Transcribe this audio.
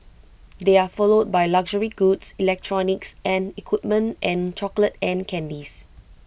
they are followed by luxury goods electronics and equipment and chocolates and candies